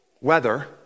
weather